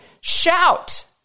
shout